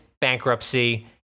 bankruptcy